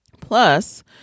Plus